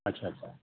अच्छा अच्छा